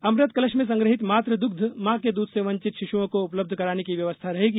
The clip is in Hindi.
अमृत कलश में संग्रहीत मातृ दुग्ध मां के दूध से वंचित शिश्राओं को उपलब्ध कराने की व्यवस्था रहेगी